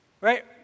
Right